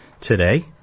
today